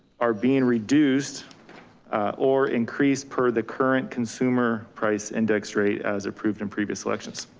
are being reduced or increased per the current consumer price index rate as approved in previous elections.